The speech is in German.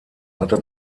hatte